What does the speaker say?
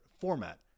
format